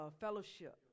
fellowship